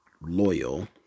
loyal